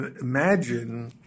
imagine